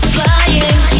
Flying